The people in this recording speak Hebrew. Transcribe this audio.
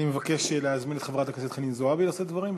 אני מבקש להזמין את חברת הכנסת חנין זועבי לשאת דברים.